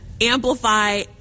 amplify